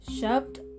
shoved